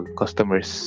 customers